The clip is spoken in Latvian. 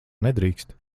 nedrīkst